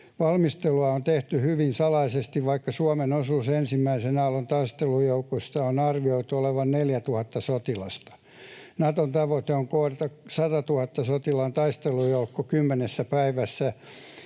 Valmistelua on tehty hyvin salaisesti, vaikka Suomen osuuden ensimmäisen aallon taistelujoukosta on arvioitu olevan 4 000 sotilasta. Naton tavoite on koota 100 000 sotilaan taistelujoukko kymmenessä päivässä,